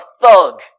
thug